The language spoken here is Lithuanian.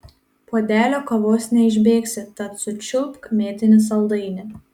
puodelio kavos neišbėgsi tad sučiulpk mėtinį saldainį